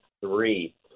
three